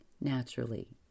Naturally